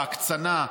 ההקצנה,